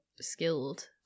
skilled